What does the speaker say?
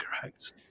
correct